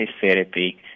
therapy